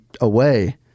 away